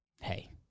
Hey